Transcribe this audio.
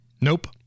Nope